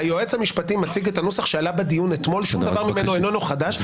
היועץ המשפטי מציג את הנוסח שעלה בדיון אתמול ששום דבר ממנו איננו חדש.